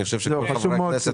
אני חושב שרוב חברי הכנסת